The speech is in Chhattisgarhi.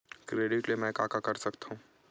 क्रेडिट ले मैं का का कर सकत हंव?